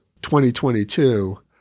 2022